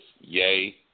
Yay